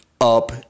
up